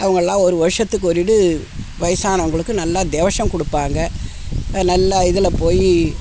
அவங்கெல்லாம் ஒரு வருஷத்துக்கு ஒரு இது வயதானவங்களுக்கு நல்லா திவஷம் கொடுப்பாங்க நல்லா இதில் போய்